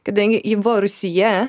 kadangi ji buvo rūsyje